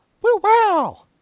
Wow